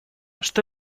что